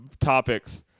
topics